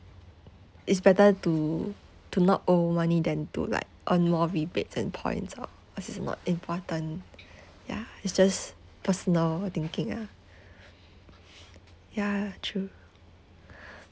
it's better to to not owe money than to like earn more rebates and points orh cause it's not important ya it's just personal thinking ah ya true